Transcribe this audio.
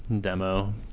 demo